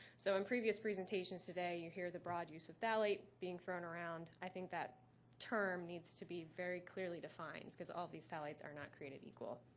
so in previous presentations today you hear the broad use of phthalate being thrown around i think that term needs to be very clearly defined because all these phthalates are not created equal.